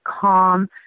calm